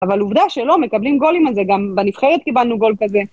אבל עובדה שלא, מקבלים גולים על זה, גם בנבחרת קיבלנו גול כזה.